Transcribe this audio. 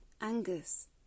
Angus